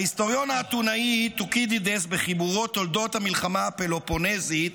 ההיסטוריון האתונאי תוקידידס בחיבורו "תולדות המלחמה הפלופונסית"